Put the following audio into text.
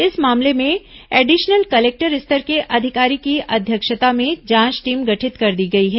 इस मामले में एडिशनल कलेक्टर स्तर के अधिकारी की अध्यक्षता में जांच टीम गठित कर दी गई है